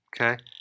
Okay